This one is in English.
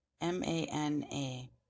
M-A-N-A